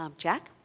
um jack?